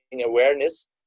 awareness